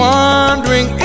Wondering